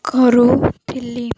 କରୁୁଥିଲି